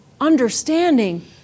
understanding